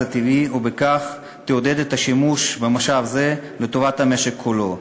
הטבעי ובכך תעודד את השימוש במשאב זה לטובת המשק כולו.